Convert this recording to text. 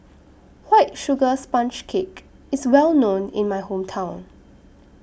White Sugar Sponge Cake IS Well known in My Hometown